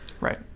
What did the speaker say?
Right